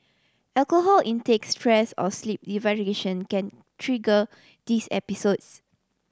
alcohol intake stress or sleep deprivation can trigger these episodes